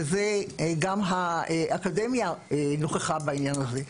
וגם האקדמיה נוכחה בעניין הזה.